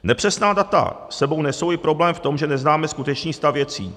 Nepřesná data s sebou nesou i problém v tom, že neznáme skutečný stav věcí.